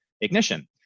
ignition